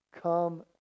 Come